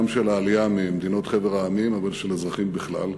גם של העלייה מחבר המדינות, אבל של אזרחים בכלל.